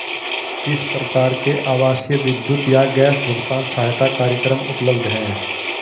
किस प्रकार के आवासीय विद्युत या गैस भुगतान सहायता कार्यक्रम उपलब्ध हैं?